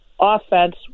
offense